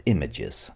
Images